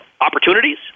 opportunities